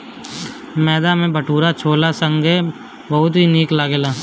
मैदा के भटूरा छोला संगे बहुते निक लगेला